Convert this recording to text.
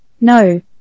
No